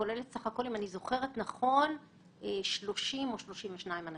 כוללת סך הכל, אם אני זוכרת נכון, 30 או 32 אנשים.